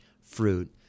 fruit